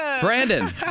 Brandon